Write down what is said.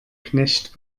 knecht